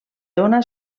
dóna